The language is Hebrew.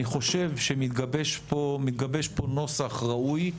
אני חושב שמתגבש כאן נוסח ראוי,